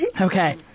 Okay